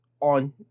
on